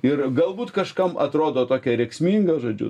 ir galbūt kažkam atrodo tokia rėksminga žodžiu